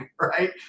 right